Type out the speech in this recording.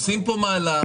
עושים מהלך,